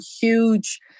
huge